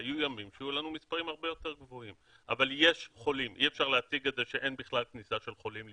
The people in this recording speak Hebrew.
יש לנו בממוצע חולה ליום שנכנס לישראל.